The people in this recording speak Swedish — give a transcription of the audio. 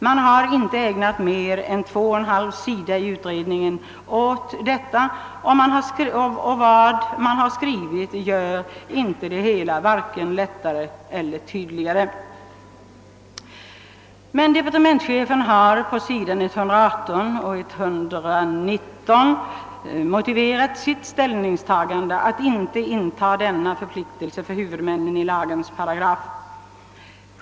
Man har inte ägnat mer än 2!/2 sida i utredningen åt dessa och vad där har skrivits gör inte det hela vare sig lättare eller tydligare. Departementschefen har på sid. 118— 120 i propositionen motiverat sitt ställningstagande att inte inta denna förpliktelse för huvudmännen i lagen.